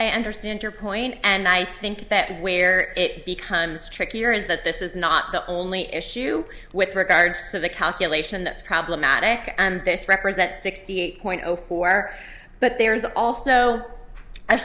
i understand your point and i think that where it becomes tricky here is that this is not the only issue with regards to the calculation that's problematic and this records that sixty eight point zero four but there's also